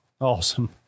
Awesome